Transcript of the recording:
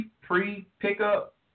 pre-pickup